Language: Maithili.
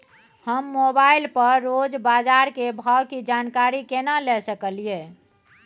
हम मोबाइल पर रोज बाजार के भाव की जानकारी केना ले सकलियै?